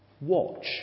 Watch